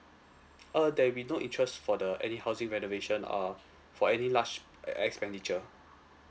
uh there'll be no interest for the any housing renovation uh for any large e~ expenditure